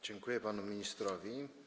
Dziękuję panu ministrowi.